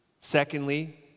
Secondly